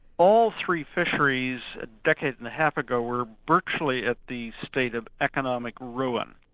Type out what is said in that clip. all three fisheries a decade and a half ago, were virtually at the state of economic ruin.